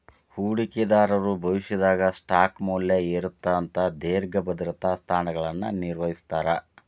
ಹೂಡಿಕೆದಾರರು ಭವಿಷ್ಯದಾಗ ಸ್ಟಾಕ್ ಮೌಲ್ಯ ಏರತ್ತ ಅಂತ ದೇರ್ಘ ಭದ್ರತಾ ಸ್ಥಾನಗಳನ್ನ ನಿರ್ವಹಿಸ್ತರ